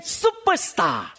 superstar